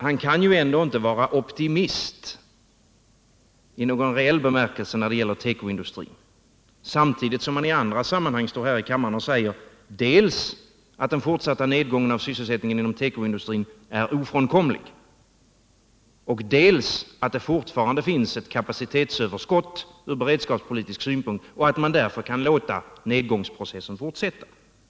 Han kan ju ändå inte vara optimist i någon reell bemärkelse när det gäller tekoindustrin, samtidigt som han i andra sammanhang står här i kammaren och säger dels att den fortsatta nedgången av sysselsättningen inom tekoindustrin är ofrånkomlig, dels att det fortfarande finns ett kapacitetsöverskott från beredskapspolitisk synpunkt och att man därför kan låta nedgångsprocessen fortsätta.